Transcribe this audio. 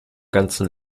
ganzen